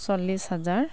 চল্লিছ হাজাৰ